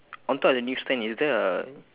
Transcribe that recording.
on top of the news stand is there a